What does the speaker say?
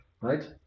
Right